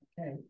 Okay